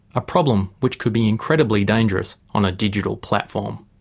a problem which could be incredibly dangerous on a digital platform.